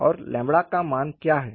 और का मान क्या है